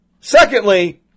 Secondly